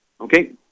Okay